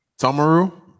Tomaru